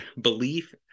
belief